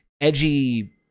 edgy